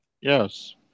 Yes